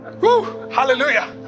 hallelujah